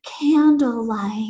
candlelight